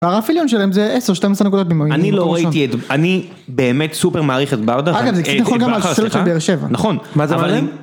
הרפיליון שלהם זה 10-12 נקודות במים. אני לא ראיתי את זה, אני באמת סופר מעריך את בארדה. אגב, זה קצת נכון גם על סרט של באר שבע. נכון, אבל הם...